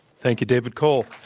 thank you, david cole.